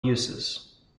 uses